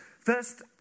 First